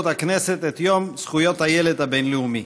הכנסת את יום זכויות הילד הבין-לאומי.